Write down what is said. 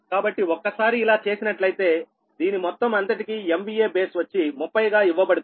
కాబట్టి ఒక్కసారి ఇలా చేసినట్లయితేదీని మొత్తం అంతటికీ MVA బేస్ వచ్చి 30 గా ఇవ్వబడుతుంది